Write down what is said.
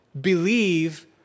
believe